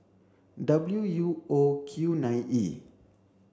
W U O Q nine E